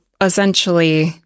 essentially